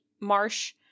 Marsh